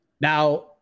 Now